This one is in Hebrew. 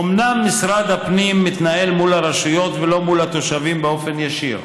אומנם משרד הפנים מתנהל מול הרשויות ולא מול התושבים באופן ישיר,